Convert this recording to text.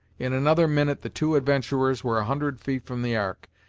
in another minute the two adventurers were a hundred feet from the ark,